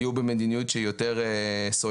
יהיו במדיניות שהיא יותר סולידית,